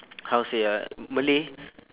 how to say ah malay